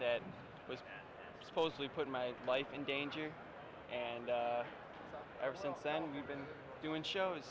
that supposedly put my life in danger and ever since then we've been doing shows